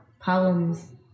problems